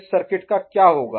इस सर्किट का क्या होगा